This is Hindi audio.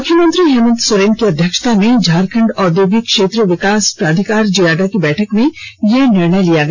मुख्यमंत्री हेमन्त सोरेन की अध्यक्षता में झारखंड औद्योगिक क्षेत्र विकास प्राधिकार जियाडा की बैठक में यह निर्णय लिया गया